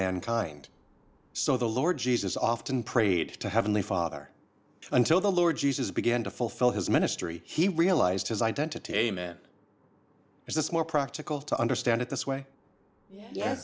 mankind so the lord jesus often prayed to heavenly father until the lord jesus began to fulfill his ministry he realized his identity a man is this more practical to understand it this way ye